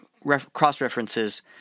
cross-references